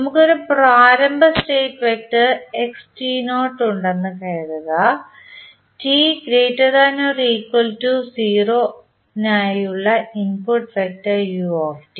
നമുക്ക് ഒരു പ്രാരംഭ സ്റ്റേറ്റ് വെക്റ്റർ xt0 ഉണ്ടെന്ന് കരുതുക t≥0 നായുള്ള ഇൻപുട്ട് വെക്റ്റർ u